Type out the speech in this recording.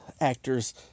actors